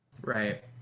right